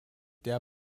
der